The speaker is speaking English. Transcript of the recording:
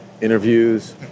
interviews